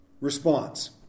response